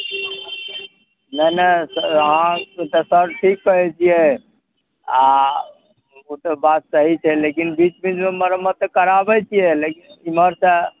नहि नहि अहाँ तऽ सर ठीक कहै छिए आओर ओ तऽ बात सही छै लेकिन बीच बीचमे मरम्मत तऽ कराबै छिए लेकिन एमहरसे